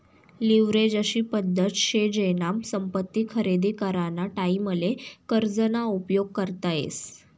leverage अशी पद्धत शे जेनामा संपत्ती खरेदी कराना टाईमले कर्ज ना उपयोग करता येस